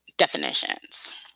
Definitions